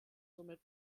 somit